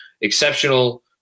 Exceptional